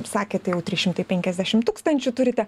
sakėte jau trys šimtai penkiasdešim tūkstančių turite